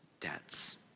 debts